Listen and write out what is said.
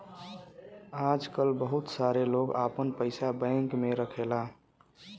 आजकल बहुत सारे लोग आपन पइसा बैंक में रखला